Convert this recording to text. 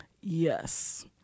Yes